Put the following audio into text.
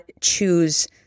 choose